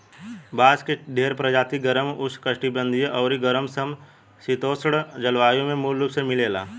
बांस के ढेरे प्रजाति गरम, उष्णकटिबंधीय अउरी गरम सम शीतोष्ण जलवायु में मूल रूप से मिलेला